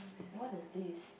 what is this